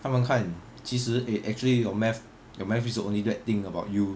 他们看其实 eh actually your math your math is the only bad thing about you